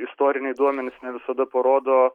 istoriniai duomenys ne visada parodo